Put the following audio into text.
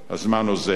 הזמן אוזל.